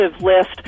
list